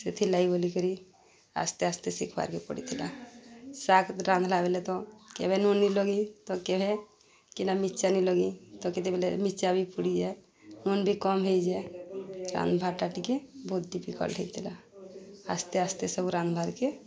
ସେଥିର୍ଲାଗି ବୋଲିକରି ଆସ୍ତେ ଆସ୍ତେ ଶିଖବାର୍କେ ପଡ଼ିଥିଲା ଶାଗ୍ ରାନ୍ଧ୍ଲା ବେଲେ ତ କେବେ ନୁନ୍ ଲଗେଇ ତ କେବେ କେନ୍ଟା ମିର୍ଚା ନି ଲଗେଇ ତ କେତେବେଲେ ମିର୍ଚା ବି ପୁଡ଼ିଯାଏ ନୁନ୍ ବି କମ୍ ହେଇଯାଏ ରାନ୍ଧ୍ବାର୍ଟା ଟିକେ ବହୁତ୍ ଡିଫିକଲ୍ଟ୍ ହେଇଥିଲା ଆସ୍ତେ ଆସ୍ତେ ସବୁ ରାନ୍ଧ୍ବାକେ